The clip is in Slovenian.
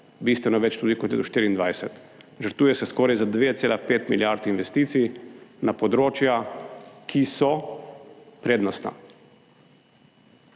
bistveno več tudi kot je do 2024. Žrtvuje se skoraj za 2,5 milijard investicij na področja, ki so prednostna.